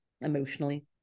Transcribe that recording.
emotionally